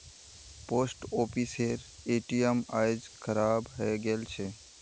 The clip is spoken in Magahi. पोस्ट ऑफिसेर ए.टी.एम आइज खराब हइ गेल छ